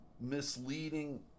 misleading